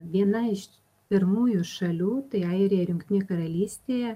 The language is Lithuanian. viena iš pirmųjų šalių tai airija ir jungtinė karalystė